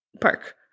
Park